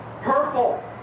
purple